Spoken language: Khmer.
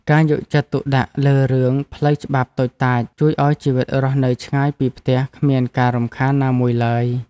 ការយកចិត្តទុកដាក់លើរឿងផ្លូវច្បាប់តូចតាចជួយឱ្យជីវិតរស់នៅឆ្ងាយពីផ្ទះគ្មានការរំខានណាមួយឡើយ។